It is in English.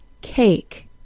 cake